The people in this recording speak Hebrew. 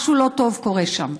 משהו לא טוב קורה שם.